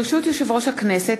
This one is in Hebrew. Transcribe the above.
ברשות יושב-ראש הכנסת,